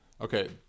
Okay